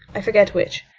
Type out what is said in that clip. i forget which.